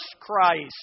Christ